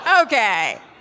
Okay